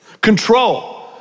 Control